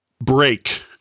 break